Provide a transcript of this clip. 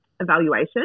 evaluation